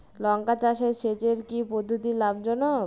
লঙ্কা চাষে সেচের কি পদ্ধতি লাভ জনক?